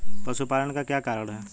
पशुपालन का क्या कारण है?